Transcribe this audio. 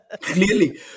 Clearly